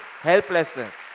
helplessness